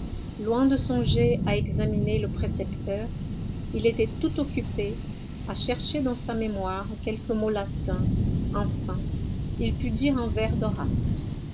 loin de songer à examiner le précepteur il était tout occupé à chercher dans sa mémoire quelques mots latins enfin il put dire un vers